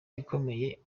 ikomeye